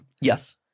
Yes